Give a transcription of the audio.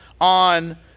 on